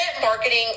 marketing